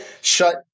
shut